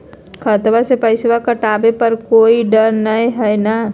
खतबा से पैसबा कटाबे पर कोइ डर नय हय ना?